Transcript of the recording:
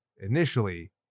initially